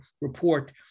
report